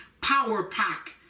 power-pack